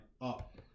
up